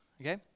okay